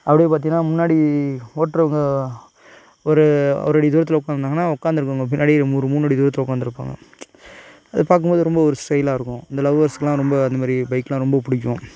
அப்படியே பார்த்திங்கன்னா முன்னாடி ஓட்டுறவங்க ஒரு ஒரு அடி தூரத்தில் உட்காந்துருந்தாங்கன்னா உட்காந்துருக்குறவங்க பின்னாடி ஒரு மூணு அடி தூரத்தில் உட்காந்துருப்பாங்க அதை பார்க்கும் போது ரொம்ப ஒரு ஸ்டைலாகருக்கும் இந்த லவ்வர்ஸுக்குலாம் ரொம்ப அந்த மாதிரி பைக்லாம் ரொம்ப பிடிக்கும்